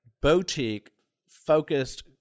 boutique-focused